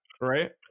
right